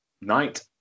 Night